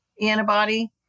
antibody